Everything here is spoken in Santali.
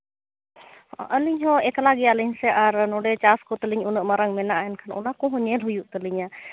ᱟᱹᱞᱤᱧ ᱦᱚᱸ ᱮᱠᱞᱟ ᱜᱮᱭᱟᱞᱤᱧ ᱥᱮ ᱟᱨ ᱱᱚᱰᱮ ᱪᱟᱥ ᱠᱚᱛᱮ ᱞᱤᱧ ᱩᱱᱟᱹᱜ ᱢᱟᱨᱟᱝ ᱢᱮᱱᱟᱜᱼᱟ ᱚᱱᱟ ᱠᱚᱦᱚᱸ ᱧᱮᱞ ᱦᱩᱭᱩᱜ ᱛᱟᱹᱞᱤᱧᱟ